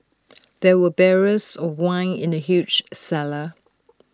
there were barrels of wine in the huge cellar